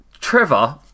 Trevor